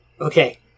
Okay